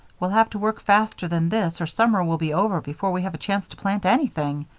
we'll have to work faster than this or summer will be over before we have a chance to plant anything.